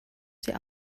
sie